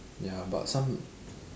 ya but some